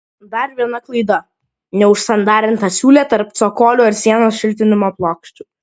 dar viena klaida neužsandarinta siūlė tarp cokolio ir sienos šiltinimo plokščių